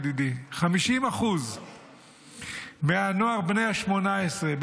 ידידי: 50% מהנוער בני ה-18,